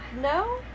no